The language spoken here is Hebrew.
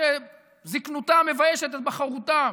שזקנותם מביישת את בחרותם.